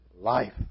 life